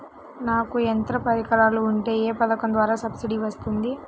నాకు యంత్ర పరికరాలు ఉంటే ఏ పథకం ద్వారా సబ్సిడీ వస్తుంది?